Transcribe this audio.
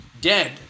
dead